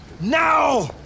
Now